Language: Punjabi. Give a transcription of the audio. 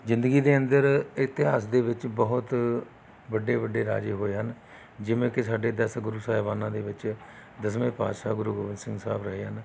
ਜ਼ਿੰਦਗੀ ਦੇ ਅੰਦਰ ਇਤਿਹਾਸ ਦੇ ਵਿੱਚ ਬਹੁਤ ਵੱਡੇ ਵੱਡੇ ਰਾਜੇ ਹੋਏ ਹਨ ਜਿਵੇਂ ਕਿ ਸਾਡੇ ਦਸ ਗੁਰੂ ਸਹਿਬਾਨਾਂ ਦੇ ਵਿੱਚ ਦਸਵੇਂ ਪਾਤਸ਼ਾਹ ਗੁਰੂ ਗੋਬਿੰਦ ਸਿੰਘ ਸਾਹਿਬ ਰਹੇ ਹਨ